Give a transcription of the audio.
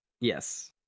Yes